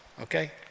Okay